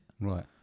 Right